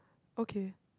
okay